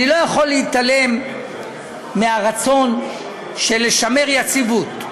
אני לא יכול להתעלם מהרצון לשמר יציבות.